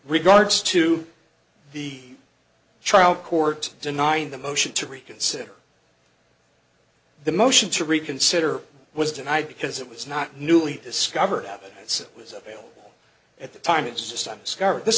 regards to the trial court denying the motion to reconsider the motion to reconsider was denied because it was not newly discovered evidence was available at the time